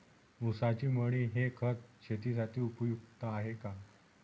ऊसाची मळी हे खत शेतीसाठी उपयुक्त आहे का?